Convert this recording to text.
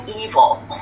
evil